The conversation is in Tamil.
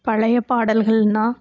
பழைய பாடல்கள்னால்